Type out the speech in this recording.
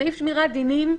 סעיף שמירת דינים,